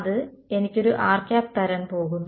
അത് എനിക്ക് ഒരു r തരാൻ പോകുന്നു